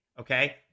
Okay